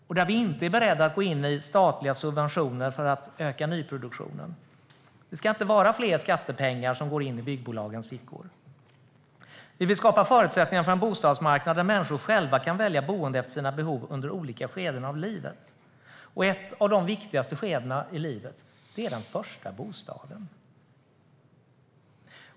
Vi är inte beredda att gå in med statliga subventioner för att öka nyproduktionen. Det ska inte vara mer skattepengar som går ned i byggbolagens fickor. Vi vill skapa förutsättningar för en bostadsmarknad där människor själva kan välja boende efter sina behov under olika skeden av livet. Ett av de viktigaste skedena i livet är flytten till den första bostaden.